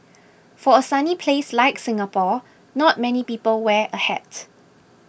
for a sunny place like Singapore not many people wear a hat